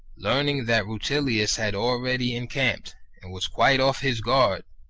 learning that rutilius had already encamped and was quite off his guard,